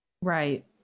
Right